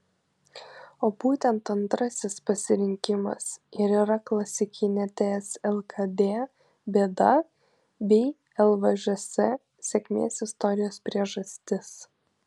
o būtent antrasis pasirinkimas ir yra klasikinė ts lkd bėda bei lvžs sėkmės istorijos priežastis